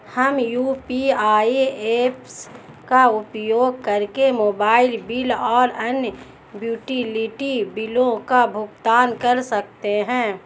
हम UPI apps का उपयोग करके मोबाइल बिल और अन्य यूटिलिटी बिलों का भुगतान कर सकते हैं